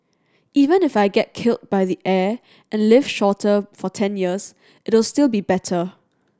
even if I get killed by the air and live shorter for ten years it'll still be better